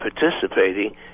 participating